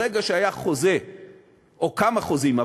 ברגע שהיה חוזה או כמה חוזים,